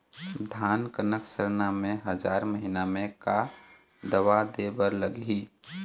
धान कनक सरना मे हजार महीना मे का दवा दे बर लगही?